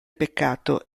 peccato